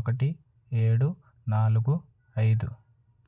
ఒకటి ఏడు నాలుగు ఐదు